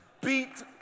beat